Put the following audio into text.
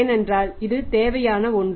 ஏனென்றால் இது தேவையான ஒன்று